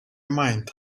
mind